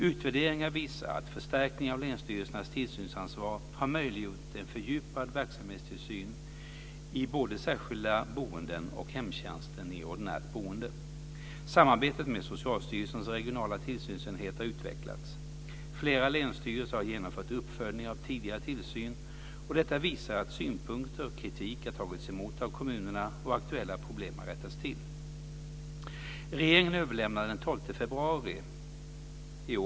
Utvärderingar visar att förstärkningen av länsstyrelsernas tillsynsansvar har möjliggjort en fördjupad verksamhetstillsyn i både särskilda boenden och hemtjänsten i ordinärt boende. Samarbetet med Socialstyrelsens regionala tillsynsenheter har utvecklats. Flera länsstyrelser har genomfört uppföljningar av tidigare tillsyn, och detta visar att synpunkter och kritik har tagits emot av kommunerna och att aktuella problem har rättats till.